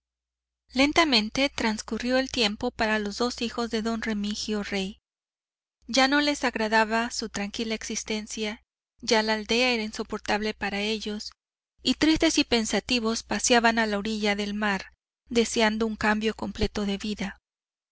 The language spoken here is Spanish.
lentamente trascurrió el tiempo para los dos hijos de don remigio rey ya no les agradaba su tranquila existencia ya la aldea era insoportable para ellos y tristes y pensativos paseaban a la orilla del mar deseando un cambio completo en su vida